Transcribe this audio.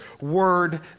word